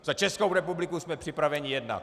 Za Českou republiku jsme připraveni jednat.